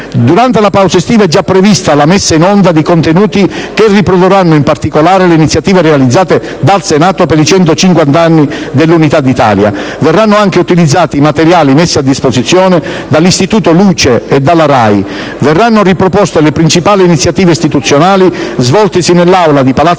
Durante la pausa estiva è prevista la messa in onda di contenuti che riprodurranno in particolare le iniziative realizzate dal Senato per i 150 anni dell'Unità d'Italia. Verranno anche utilizzati materiali messi a disposizione dall'Istituto Luce e dalla RAI. Verranno riproposte le principali iniziative istituzionali svoltesi nell'Aula di Palazzo